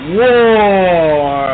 war